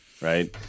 Right